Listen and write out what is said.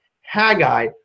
Haggai